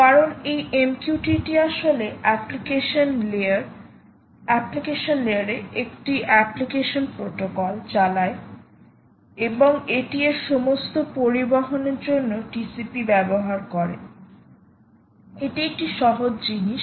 কারণ এই MQTT আসলে অ্যাপ্লিকেশন লেয়ার এ একটি অ্যাপ্লিকেশন প্রোটোকল চালায় এবং এটি এর সমস্ত পরিবহণের জন্য TCP ব্যবহার করে এটি একটি সহজ জিনিস